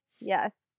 Yes